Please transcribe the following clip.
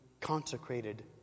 consecrated